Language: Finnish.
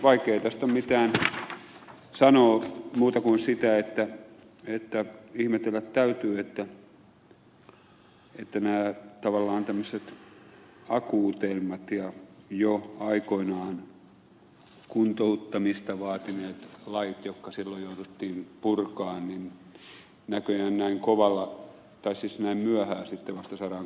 vaikea tästä on mitään sanoa muuta kuin sitä että ihmetellä täytyy että nämä tavallaan tämmöiset akuuteimmat ja jo aikoinaan kuntouttamista vaatineet lait jotka silloin jouduttiin purkamaan näköjään näin myöhään sitten vasta saadaan kuntoon